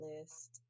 list